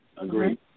Agreed